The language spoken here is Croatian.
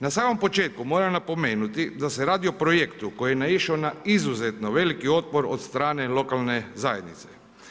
Na samom početku moram napomenuti da se radi o projektu koji je naišao na izuzetno veliki otpor od strane lokalne zajednice.